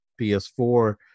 PS4